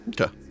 Okay